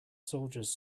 soldiers